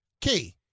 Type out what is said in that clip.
Key